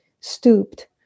stooped